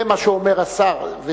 זה מה שאומר השר.